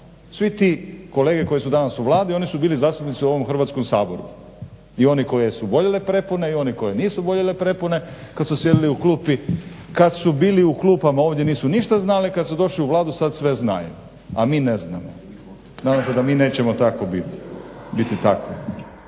Svi ti kolege koji su danas u Vladi oni su bili zastupnici u ovom Hrvatskom saboru i oni koje su boljele prepone i oni koje nisu boljele prepone kad su sjedili u klupi, kad su bili u klupama ovdje nisu ništa znali, kad su došli u Vladu sad sve znaju, a mi ne znamo. Nadam se da mi nećemo biti